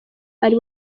ari